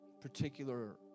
particular